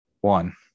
One